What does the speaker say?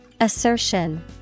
Assertion